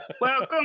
Welcome